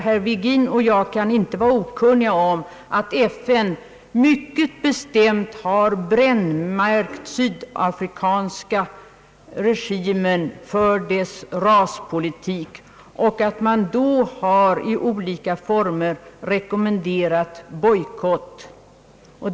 Herr Virgin och jag kan inte vara okunniga om att FN mycket bestämt har brännmärkt den sydafrikanska regimen för dess raspolitik och att man i olika former har rekommenderat bojkotter.